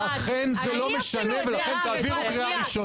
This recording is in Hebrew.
אכן זה לא משנה ולכן תעבירו קריאה ראשונה.